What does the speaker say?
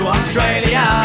Australia